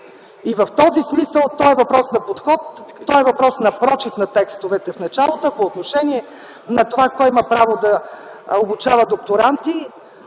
И в този смисъл то е въпрос на подход, то е въпрос на прочит на текстовете в началото. По отношение на това кой има право да обучава докторанти,